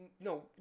No